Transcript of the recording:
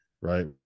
right